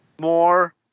more